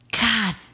God